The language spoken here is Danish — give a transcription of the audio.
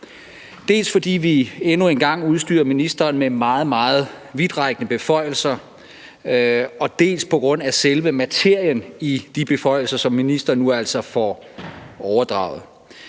dels fordi vi endnu engang udstyrer ministeren med meget, meget vidtrækkende beføjelser, dels på grund af selve materien i de beføjelser, som ministeren nu altså får overdraget.